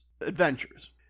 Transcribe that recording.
adventures